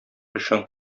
эшең